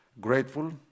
grateful